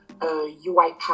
UiPath